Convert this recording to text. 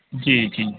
ਜੀ ਜੀ